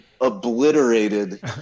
obliterated